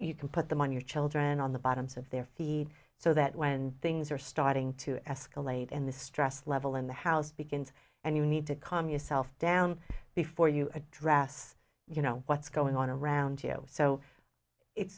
you can put them on your children on the bottoms of their feed so that when things are starting to escalate and the stress level in the house begins and you need to calm yourself down before you address you know what's going on around you so it's